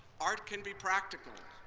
art can be practical.